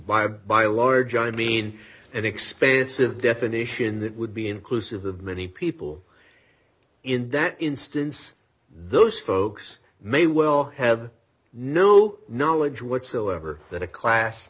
by by a large i mean an expansive definition that would be inclusive of many people in that instance those folks may well have no knowledge whatsoever that a class